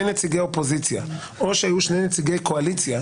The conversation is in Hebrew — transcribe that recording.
נציגי אופוזיציה או שהיו שני נציגי קואליציה,